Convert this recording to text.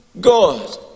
God